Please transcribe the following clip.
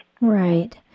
Right